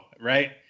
right